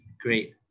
great